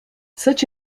such